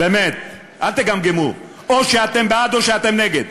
באמת, אל תגמגמו, או שאתם בעד או שאתם נגד.